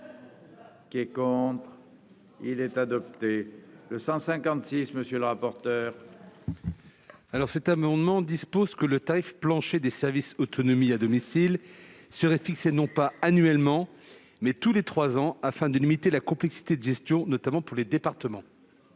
est ainsi libellé : La parole est à M. le rapporteur. Cet amendement vise à prévoir que le tarif plancher des services autonomie à domicile sera fixé non pas annuellement, mais tous les trois ans, afin de limiter la complexité de gestion, notamment pour les départements.